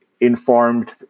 informed